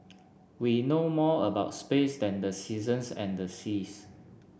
we know more about space than the seasons and the seas